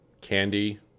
candy